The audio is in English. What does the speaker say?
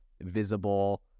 visible